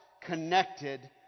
connected